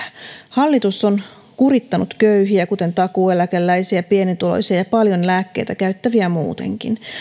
hallitus on kurittanut köyhiä kuten takuueläkeläisiä pienituloisia ja paljon lääkkeitä käyttäviä muutenkin